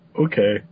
Okay